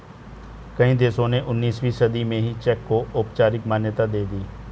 कई देशों ने उन्नीसवीं सदी में ही चेक को औपचारिक मान्यता दे दी